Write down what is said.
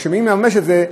אבל כשאני מממש את זה,